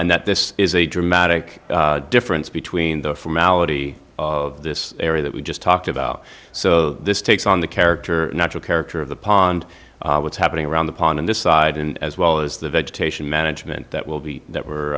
and that this is a dramatic difference between the formality of this area that we just talked about so this takes on the character or natural character of the pond what's happening around the pond on this side and as well as the vegetation management that will be that we